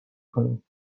کنیم